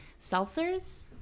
seltzers